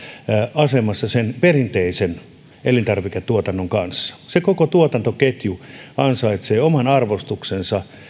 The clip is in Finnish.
asemassa perinteisen elintarviketuotannon kanssa se koko tuotantoketju ansaitsee oman arvostuksensa